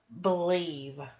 believe